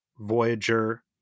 Voyager